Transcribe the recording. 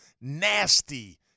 nasty